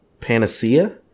panacea